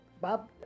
Bob